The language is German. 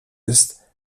ist